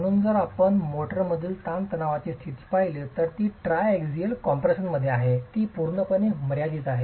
म्हणून जर आपण मोर्टारमधील तणावाची स्थिती पाहिली तर ती ट्रायएक्सियल कम्प्रेशनमध्ये आहे ती पूर्णपणे मर्यादित आहे